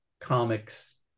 comics